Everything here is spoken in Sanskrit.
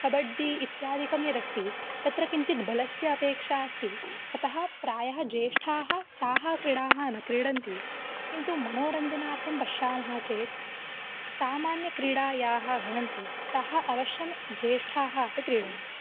कबड्डि इत्यादिकं यद् अस्ति तत्र किञ्चित् बलस्य अपेक्षा अस्ति अतः प्रायः ज्येष्ठाः ताः क्रीडाः न क्रीडन्ति किन्तु मनोरञ्जनार्थं पश्यामः चेत् सामान्यक्रीडाः याः भवन्ति ताः अवश्यं ज्येष्ठाः अपि क्रीडन्ति